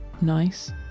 nice